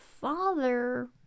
father